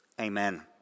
Amen